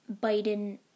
Biden